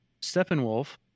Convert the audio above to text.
Steppenwolf